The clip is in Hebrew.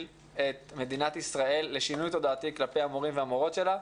את מדינת ישראל לשינוי תודעתי כלפי המורים והמורות שלה,